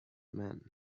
man